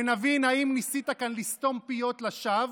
ונבין אם ניסית לסתום פיות לשווא,